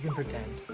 pretend.